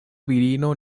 virino